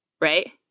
right